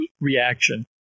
reaction